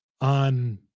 on